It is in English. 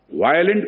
violent